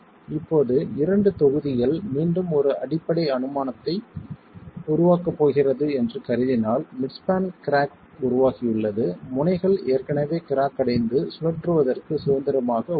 இப்போது இரண்டு தொகுதிகள் மீண்டும் ஒரு அடிப்படை அனுமானத்தை உருவாக்கப் போகிறது என்று கருதினால் மிட்ஸ்பான் கிராக் உருவாகியுள்ளது முனைகள் ஏற்கனவே கிராக் அடைந்து சுழற்றுவதற்கு சுதந்திரமாக உள்ளன